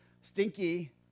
stinky